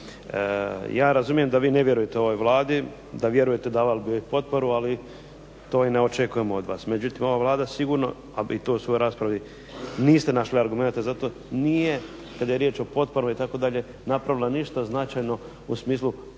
Ja razumijem da vi ne vjerujete ovoj Vladi, da vjerujete davali biste joj potporu, ali to i ne očekujemo od vas. Međutim, ova Vlada sigurno da to u svojoj raspravi niste našli argumenata za to, nije, kada je riječ o potporama itd., napravila ništa značajno u smislu